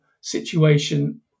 situation